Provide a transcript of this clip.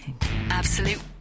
Absolute